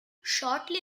shortly